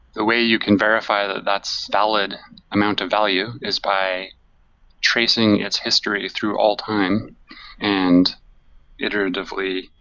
the way you can verify that that's valid amount of value is by tracing its history through all time and iteratively